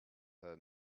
her